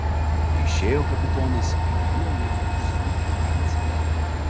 išėjo kapitonas ir tuoj jam užsūdė karcerio